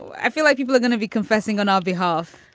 i feel like people are going to be confessing on our behalf